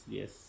yes